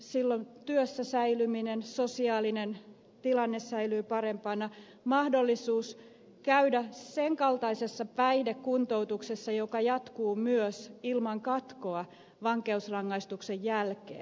silloin työssä säilyminen sosiaalinen tilanne säilyy parempana on mahdollisuus käydä senkaltaisessa päihdekuntoutuksessa joka jatkuu myös ilman katkoa vankeusrangaistuksen jälkeen